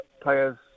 players